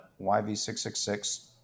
YV666